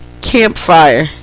Campfire